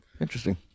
Interesting